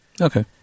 Okay